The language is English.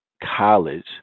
college